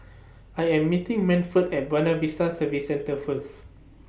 I Am meeting Manford At Buona Vista Service Centre First